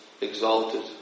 exalted